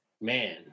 Man